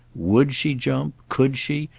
would she jump, could she,